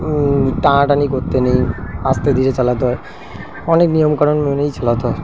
টা টানি কততে নেই আসতে ধীরে চালাতে হয় অনেক নিয়ম কানুন মনেই চালাতে হয়